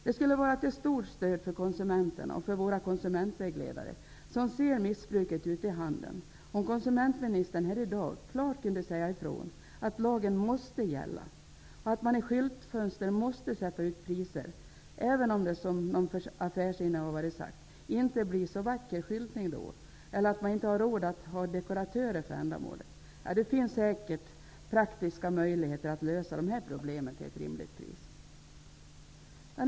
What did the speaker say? Det skulle vara till stort stöd för konsumenterna och för våra konsumentvägledare, som ser missbruket ute i handeln, om konsumentministern här i dag klart kunde säga ifrån att lagen måste gälla och att man i skyltfönstren måste sätta ut priser, även om det, som någon affärsinnehavare har sagt, inte blir så vacker skyltning då och även om man inte har råd att ha dekoratörer för ändamålet. Det finns säkert praktiska möjligheter att lösa dessa problem till ett rimligt pris.